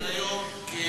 עד היום כ-12%.